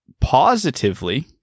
positively